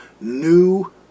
new